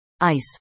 ICE